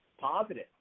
positive